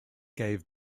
gave